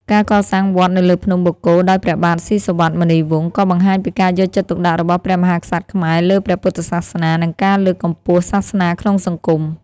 ការកសាងវត្តនៅលើភ្នំបូកគោដោយព្រះបាទស៊ីសុវត្ថិ-មុនីវង្ស ក៏បង្ហាញពីការយកចិត្តទុកដាក់របស់ព្រះមហាក្សត្រខ្មែរលើព្រះពុទ្ធសាសនា និងការលើកកម្ពស់សាសនាក្នុងសង្គម ។